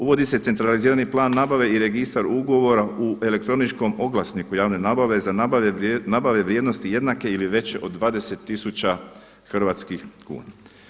Uvodi se centralizirani plan nabave i registar ugovora u elektroničkom oglasniku javne nabave za nabave vrijednosti jednake ili veće od 20 tisuća hrvatskih kuna.